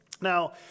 Now